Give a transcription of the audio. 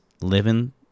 living